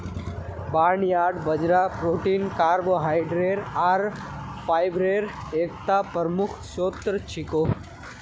barnyard बाजरा protein carbohydrate आर फाईब्रेर एकता प्रमुख स्रोत छिके